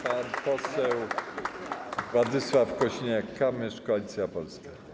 Pan poseł Władysław Kosiniak-Kamysz, Koalicja Polska.